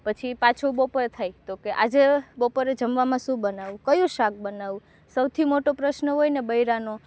પછી પાછું બપોર થાય તો કે આજે બપોરે જમવામાં શું બનાવું કયું શાક બનાવું સૌથી મોટો પ્રશ્ન હોયને બૈરાંનો